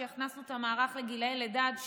כשהכנסנו את המערך לגיל לידה עד שלוש,